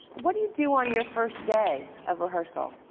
what do you do on your first day of rehearsal?